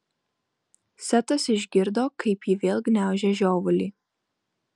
setas išgirdo kaip ji vėl gniaužia žiovulį